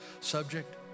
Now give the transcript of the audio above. subject